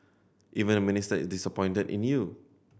even the Minister is disappointed in you